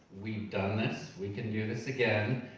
we've done this, we can do this again.